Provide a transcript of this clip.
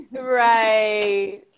right